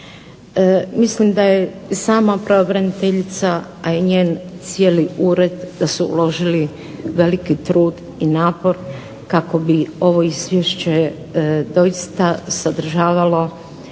Mislim da je sama pravobraniteljica, a i njen cijeli ured da su uložili veliki trud i napor kako bi ovo izvješće doista sadržavalo